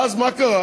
ואז מה קרה?